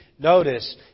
Notice